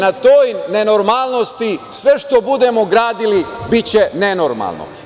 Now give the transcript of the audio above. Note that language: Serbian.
Na toj nenormalnosti sve što budemo gradili biće nenormalno.